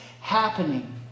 happening